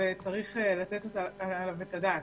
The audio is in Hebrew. וצריך לתת עליו את הדעת.